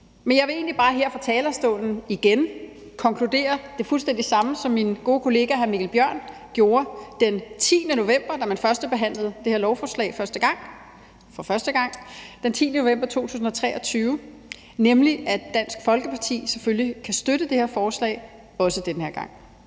Men jeg vil egentlig bare her fra talerstolen – igen – konkludere det fuldstændig samme som min gode kollega hr. Mikkel Bjørn gjorde den 10. november 2023, da man førstebehandlede det her lovforslag første gang, nemlig at Dansk Folkeparti selvfølgelig kan støtte det, også den her gang.